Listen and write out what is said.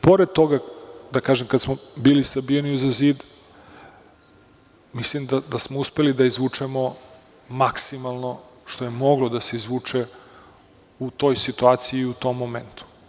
Pored toga, kada smo bili sabijeni uza zid, mislim da smo uspeli da izvučemo maksimalno što je moglo da se izvuče u toj situaciji i u tom momentu.